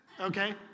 okay